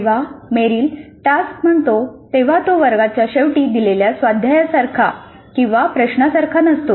जेव्हा Meryl 'task' म्हणतो तेव्हा तो वर्गाच्या शेवटी दिलेल्या स्वाध्यायासारखा किंवा प्रश्नासारखा नसतो